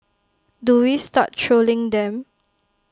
do we start trolling them